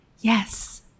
Yes